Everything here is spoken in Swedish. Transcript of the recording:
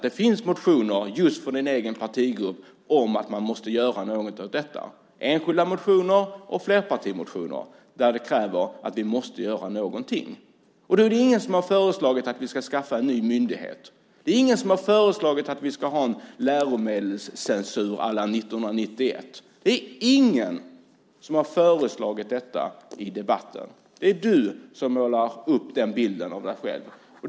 Det finns motioner just från din egen partigrupp om att man måste göra något åt detta. Det finns enskilda motioner och flerpartimotioner där man kräver att vi måste göra någonting. Det är ingen som har föreslagit att vi ska skapa en ny myndighet. Det är ingen som har föreslagit att vi ska ha en läromedelscensur à la 1991. Det är ingen som har föreslagit detta i debatten. Det är du som av dig själv målar upp den bilden.